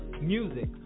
music